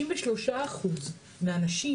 93% מהנשים,